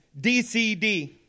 DCD